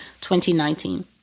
2019